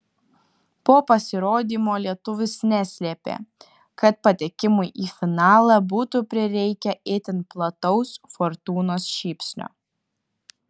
po pasirodymo lietuvis neslėpė kad patekimui į finalą būtų prireikę itin plataus fortūnos šypsnio